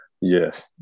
Yes